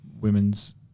women's